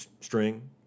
string